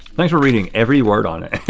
thanks for reading every word on it.